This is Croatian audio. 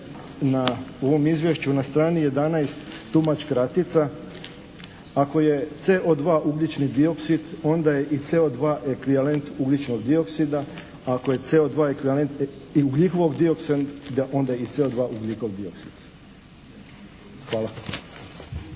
na ovom izvješću na strani 11 tumač kratica. Ako je CO2 ugljični dioksid, onda je i CO2 ekvivalent ugljičnog dioksida, a ako je CO2 ekvivalent i ugljikovog dioksida onda je i CO2 ugljikov dioksid. Hvala.